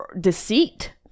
deceit